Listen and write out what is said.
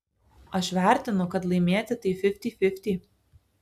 aš vertinu kad laimėti tai fifty fifty